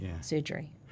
surgery